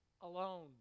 alone